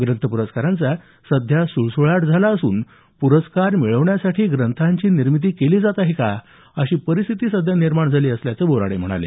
ग्रंथ पुरस्कारांचा सध्या सुळसुळाट झाला असून पुरस्कार मिळवण्यासाठी ग्रंथांची निर्मिती केली जात आहे का अशी परिस्थिती सध्या निर्माण झाली असल्याचं बोराडे म्हणाले